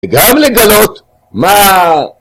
גם לגלות מה...